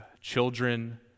children